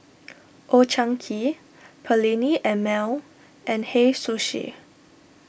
Old Chang Kee Perllini and Mel and Hei Sushi